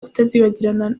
utazibagirana